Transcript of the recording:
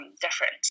different